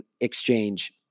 exchange